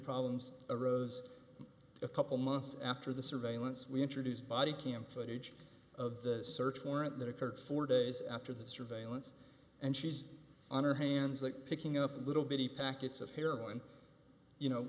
problems arose a couple months after the surveillance we introduced body cam footage of the search warrant that occurred four days after the surveillance and she's on her hands that picking up little bitty packets of heroin you know